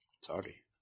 sorry